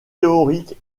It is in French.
théorique